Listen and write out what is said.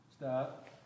Stop